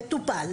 מטופל,